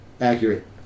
accurate